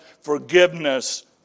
forgiveness